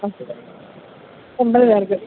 എണ്പതു പേർക്ക്